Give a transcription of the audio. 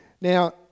Now